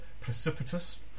precipitous